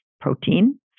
protein